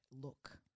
look